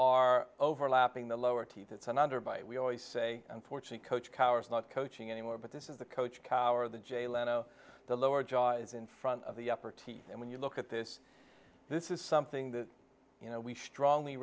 are overlapping the lower teeth it's an underbite we always say unfortunate coach cowers not coaching anymore but this is the coach cower the jay leno the lower jaw is in front of the upper teeth and when you look at this this is something that you know we strongly